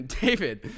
David